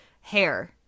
hair